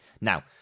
Now